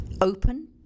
open